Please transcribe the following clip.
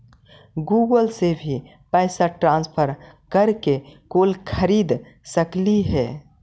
Google से भी पैसा ट्रांसफर कर के कुछ खरिद सकलिऐ हे?